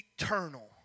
eternal